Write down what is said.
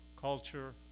culture